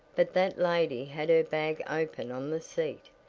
but that lady had her bag open on the seat,